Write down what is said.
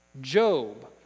Job